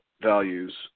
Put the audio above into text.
values